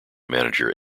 manager